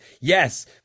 Yes